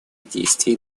действий